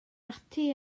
ati